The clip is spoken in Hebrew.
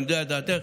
אני יודע את דעתך,